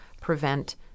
prevent